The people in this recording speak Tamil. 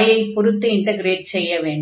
y ஐ பொருத்து இன்டக்ரேட் செய்ய வேண்டும்